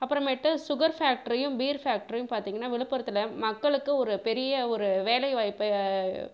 அப்புறமேட்டு சுகர் ஃபேக்ட்டரியும் பீர் ஃபேக்ட்டரியும் பார்த்தீங்கன்னா விழுப்புரத்தில் மக்களுக்கு ஒரு பெரிய ஒரு வேலை வாய்ப்பை